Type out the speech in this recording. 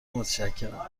متشکرم